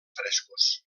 frescos